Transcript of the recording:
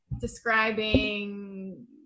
describing